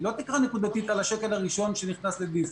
היא לא תקרה נקודתית על השקל הראשון שנכנס לדיפולט.